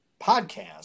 podcast